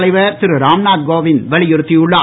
தலைவர் திரு ராம்நாத் கோவிந்த் வலியுறுத்தி உள்ளார்